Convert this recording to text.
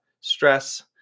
stress